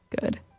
good